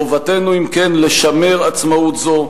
חובתנו, אם כן, לשמר עצמאות זו,